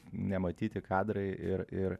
nematyti kadrai ir ir